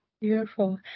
Beautiful